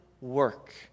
work